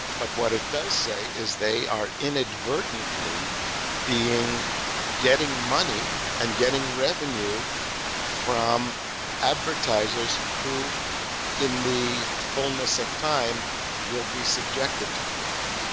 but what it does say is they are inadvertently getting money and getting revenue from advertisers who in the fullness of time will be subjected to fraud.